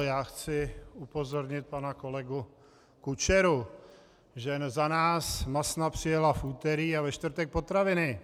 Já chci upozornit pana kolegu Kučeru, že za nás masna přijela v úterý a ve čtvrtek potraviny.